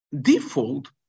default